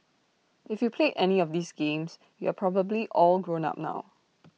if you played any of these games you are probably all grown up now